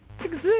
exist